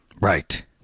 Right